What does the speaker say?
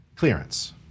Clearance